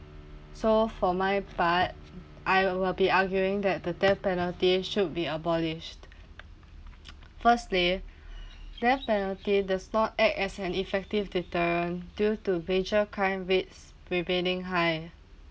so for my part I will be arguing that the death penalty should be abolished firstly death penalty does not act as an effective deterrent due to virtual crime rates remaining high